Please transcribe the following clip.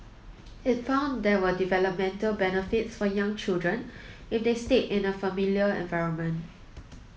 it found there were developmental benefits for young children if they stayed in a familiar environment